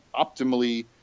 optimally